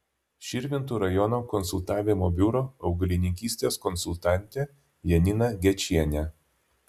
širvintų rajono konsultavimo biuro augalininkystės konsultantė janina gečienė